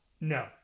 no